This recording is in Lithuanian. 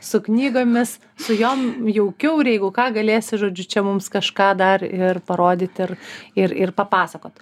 su knygomis su jom jaukiau ir jeigu ką galėsi žodžiu čia mums kažką dar ir parodyti ir ir ir papasakot